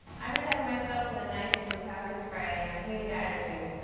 i protect myself with a knife and some pepper spray and a huge attitude.